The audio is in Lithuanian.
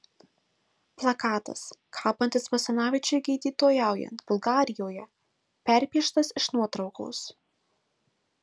plakatas kabantis basanavičiui gydytojaujant bulgarijoje perpieštas iš nuotraukos